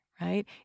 right